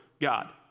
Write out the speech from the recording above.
God